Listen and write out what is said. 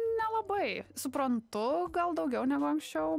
nelabai suprantu gal daugiau negu anksčiau